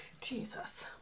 Jesus